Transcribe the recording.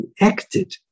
acted